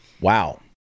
Wow